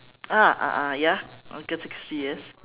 ah ah ah ya agatha christie yes